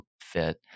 fit